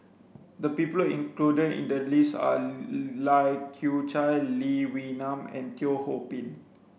the people included in the list are Lai Kew Chai Lee Wee Nam and Teo Ho Pin